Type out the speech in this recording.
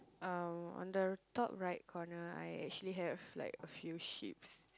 on the top right corner I actually have like a few sheep's